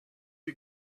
you